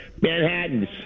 Manhattans